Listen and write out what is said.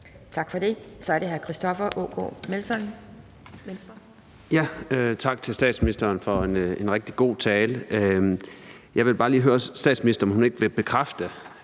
Tak for det. Så er det hr. Christoffer Aagaard Melson,